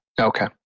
Okay